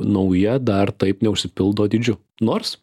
nauja dar taip neužsipildo dydžiu nors